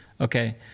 Okay